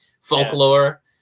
folklore